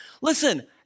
listen